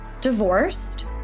divorced